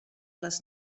les